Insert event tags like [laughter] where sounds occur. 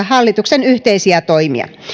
[unintelligible] hallituksen yhteisiä toimia